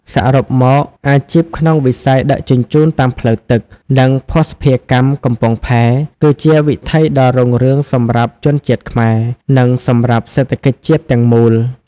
សរុបមក អាជីពក្នុងវិស័យដឹកជញ្ជូនតាមផ្លូវទឹក និងភស្តុភារកម្មកំពង់ផែ គឺជាវិថីដ៏រុងរឿងសម្រាប់ជនជាតិខ្មែរ និងសម្រាប់សេដ្ឋកិច្ចជាតិទាំងមូល។